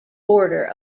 border